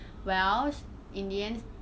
wells in the end